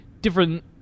different